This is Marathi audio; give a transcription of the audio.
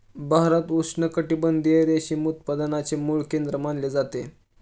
भारत उष्णकटिबंधीय रेशीम उत्पादनाचे मूळ केंद्र मानले जाते